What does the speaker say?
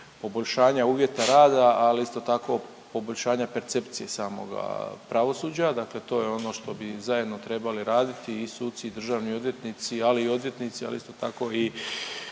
poboljšanja uvjeta rada, ali isto tako, poboljšanja percepciji samoga pravosuđa, dakle to je ono što bi zajedno trebali raditi i suci i državni odvjetnici, ali i odvjetnici, ali isto tako i